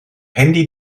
handy